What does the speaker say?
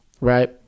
right